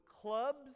clubs